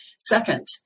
second